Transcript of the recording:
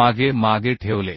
मागे मागे ठेवले